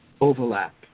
overlap